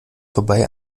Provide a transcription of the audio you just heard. vorbei